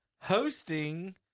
hosting